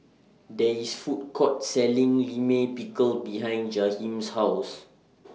There IS Food Court Selling Limit Pickle behind Jahiem's House